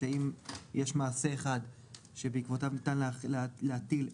אני אשמח להתייחס.